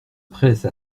presse